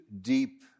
deep